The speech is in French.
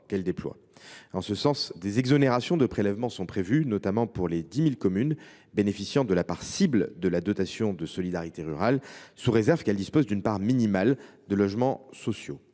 qu’elles déploient. En ce sens, des exonérations de prélèvements sont prévues, notamment pour les 10 000 communes bénéficiant de la part cible de la dotation de solidarité rurale (DSR), sous réserve que celles ci disposent d’une part minimale de logements sociaux.